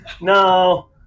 No